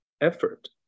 effort